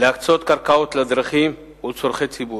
להקצות קרקעות לדרכים ולצורכי ציבור,